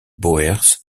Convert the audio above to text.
boers